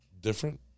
different